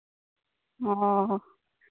ᱚ